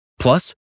Plus